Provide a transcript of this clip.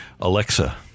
Alexa